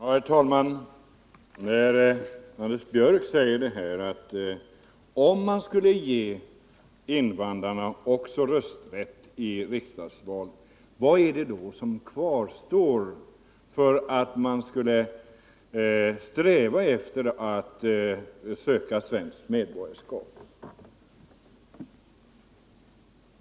Herr talman! Anders Björck frågar: Om vi skulle ge invandrarna rösträtt också till riksdagsval — vad är det då som kvarstår för att de skall sträva efter att söka svenskt medborgarskap?